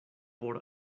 por